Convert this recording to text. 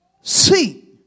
see